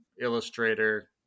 illustrator